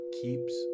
keeps